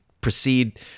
proceed